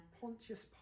Pontius